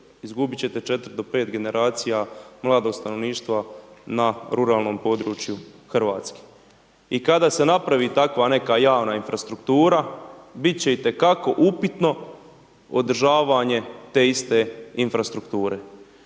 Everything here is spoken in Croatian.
izgubit će te četiri do pet generacija mladog stanovništva na ruralnom području Hrvatske. I kada se napravi takva neka javna infrastruktura, bit će itekako upitno održavanje te iste infrastrukture.